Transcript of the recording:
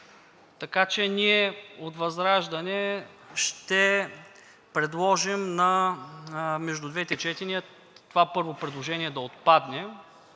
така че ние от ВЪЗРАЖДАНЕ ще предложим между двете четения това първо предложение да отпадне,